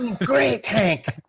great, hank.